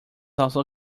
also